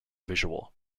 visual